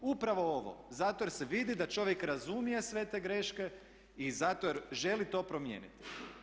Upravo ovo zato jer se vidi da čovjek razumije sve te greške i zato jer želi to promijeniti.